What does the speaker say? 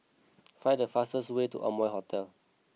find the fastest way to Amoy Hotel